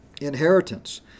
inheritance